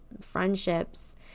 friendships